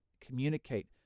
communicate